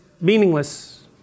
meaningless